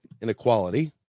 inequality